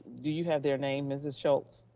do you have their name, mrs. schultz.